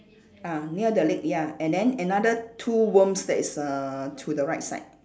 ah near the leg ya and then another two worms that is err to the right side